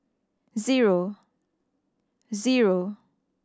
zero